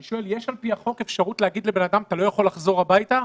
יש על פי החוק אפשרות להגיד לאדם שהוא לא יכול לחזור הביתה?